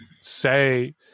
say